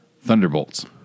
Thunderbolts